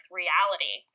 reality